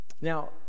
now